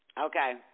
Okay